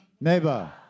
Neighbor